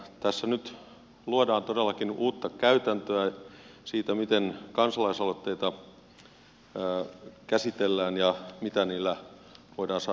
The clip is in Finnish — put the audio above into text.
tässä nyt luodaan todellakin uutta käytäntöä siinä miten kansalaisaloitteita käsitellään ja mitä niillä voidaan saada aikaan